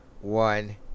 one